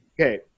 Okay